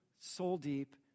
soul-deep